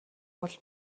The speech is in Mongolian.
бол